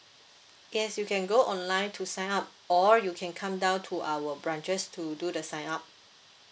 yes you can go online to sign up or you can come down to our branches to do the sign up